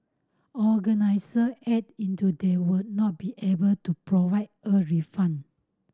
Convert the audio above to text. organiser added that they would not be able to provide a refund